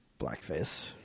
blackface